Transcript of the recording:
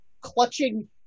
clutching